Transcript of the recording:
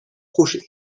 projet